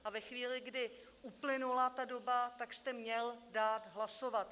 A ve chvíli, kdy uplynula ta doba, tak jste měl dát hlasovat.